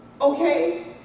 Okay